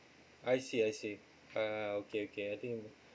I see I see uh okay okay I think